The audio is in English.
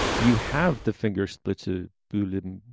you have the fingers split to do